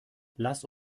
lass